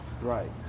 Right